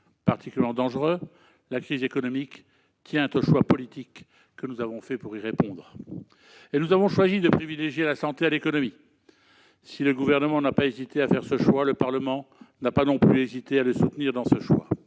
particulièrement dangereux. La crise économique tient au choix politique que nous avons fait pour y répondre. Nous avons choisi de privilégier la santé à l'économie. Si le Gouvernement n'a pas hésité à faire ce choix, le Parlement n'a pas non plus hésité à le soutenir dans ce choix.